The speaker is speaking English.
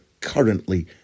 currently